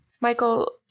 Michael